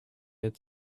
had